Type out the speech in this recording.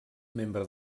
membre